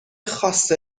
خاص